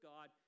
God